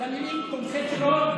אני מבקש לרדת.